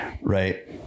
Right